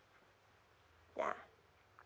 yeah